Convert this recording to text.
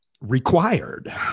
required